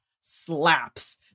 slaps